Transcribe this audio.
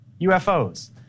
UFOs